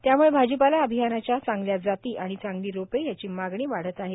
त्यामुळे भाजीपाला अभियानाच्या चांगल्या जाती आणि चांगली रोपे याची मागणी वाढत आहे